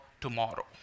tomorrow